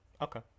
Okay